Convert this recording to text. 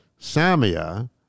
Samia